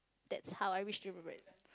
that's how I wished to be remembered